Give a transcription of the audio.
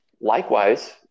likewise